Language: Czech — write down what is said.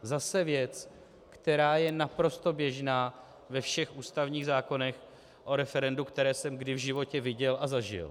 Zase věc, která je naprosto běžná ve všech ústavních zákonech o referendu, které jsem kdy v životě viděl a zažil.